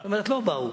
זאת אומרת לא באו,